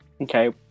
Okay